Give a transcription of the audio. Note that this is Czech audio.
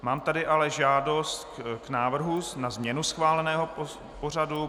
Mám tady ale žádost k návrhu na změnu schváleného pořadu.